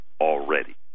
already